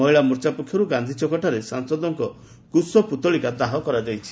ମହିଳା ମୋର୍ଚା ପକ୍ଷରୁ ଗାନ୍ଧୀଛକଠାରେ ସାଂସଦଙ୍କ କୁଶପୁଉଳିକା ଦାହ କରାଯାଇଛି